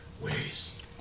ways